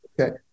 Okay